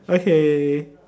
okay